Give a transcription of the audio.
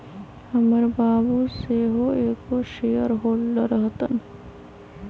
हमर बाबू सेहो एगो शेयर होल्डर हतन